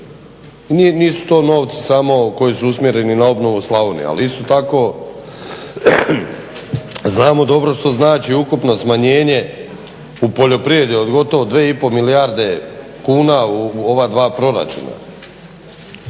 Nisu to novci samo koji su usmjereni na obnovu Slavonije, ali isto tako znamo dobro što znači ukupno smanjenje u poljoprivredi od gotovo 2 i pol milijarde kuna u ova dva proračuna.